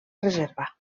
reserva